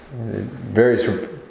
Various